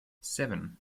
seven